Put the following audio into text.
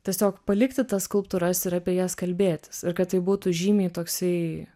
tiesiog palikti tas skulptūras ir apie jas kalbėtis ir kad tai būtų žymiai toksai